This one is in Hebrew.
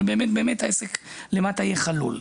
אבל באמת שהעסק יהיה חלול למטה.